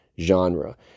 genre